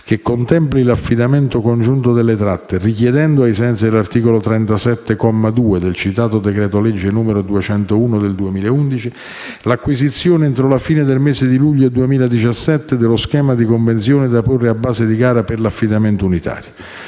che contempli l'affidamento congiunto delle tratte, richiedendo, ai sensi dell'articolo 37, comma 2, del citato decreto-legge n. 201 del 2011, l'acquisizione, entro la fine del mese di luglio 2017, dello schema di convenzione da porre a base di gara per l'affidamento unitario.